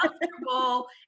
comfortable